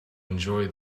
enjoy